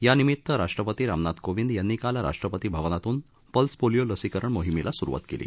यानिमीत्तान राष्ट्रपती रामनाथ कोविंद यांनी काल राष्ट्रपती भवनातून पल्स पोलिओ लसीकरण मोहीमेला सुरुवात केली